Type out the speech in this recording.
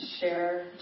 share